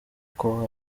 uko